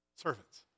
Servants